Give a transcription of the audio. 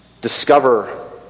discover